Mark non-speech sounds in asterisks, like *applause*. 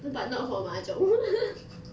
but not for mahjong *laughs*